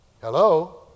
Hello